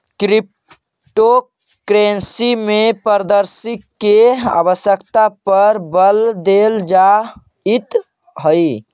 crypto currency में पारदर्शिता के आवश्यकता पर बल देल जाइत हइ